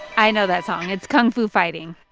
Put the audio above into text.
i know that song. it's kung fu fighting.